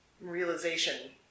realization